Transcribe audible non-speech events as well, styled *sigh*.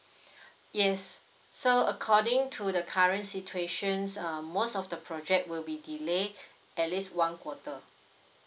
*breath* yes so according to the current situation um most of the project will be delayed *breath* at least one quarter